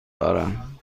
دارم